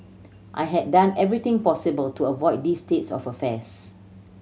I had done everything possible to avoid this state of affairs